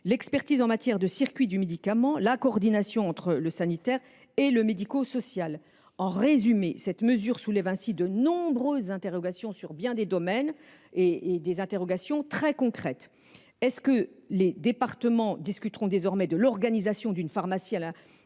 l’expertise en matière de circuit du médicament ; la coordination entre le sanitaire et le médico social, etc. En résumé, cette mesure soulève ainsi de nombreuses interrogations très concrètes dans de nombreux des domaines : est ce que les départements discuteront désormais de l’organisation d’une pharmacie à usage